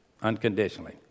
unconditionally